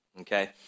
Okay